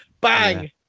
Bang